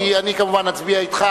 אני כמובן אצביע אתך,